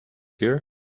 here